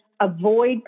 avoid